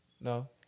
No